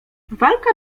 walka